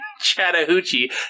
Chattahoochee